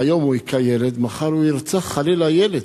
היום הוא הכה ילד, ומחר הוא ירצח, חלילה, ילד.